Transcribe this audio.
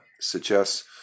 suggests